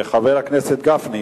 חבר הכנסת גפני,